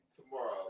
tomorrow